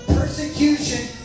persecution